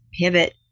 pivot